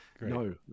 no